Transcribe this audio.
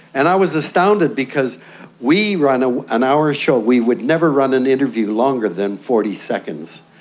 and i was astounded because we run ah an hour show, we would never run an interview longer than forty seconds.